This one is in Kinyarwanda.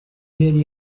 yari